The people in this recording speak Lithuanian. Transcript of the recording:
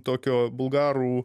tokio bulgarų